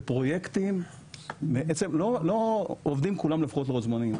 שפרויקטים לא עובדים כולם לפי לוחות הזמנים.